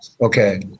okay